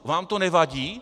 Vám to nevadí?